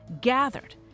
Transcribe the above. gathered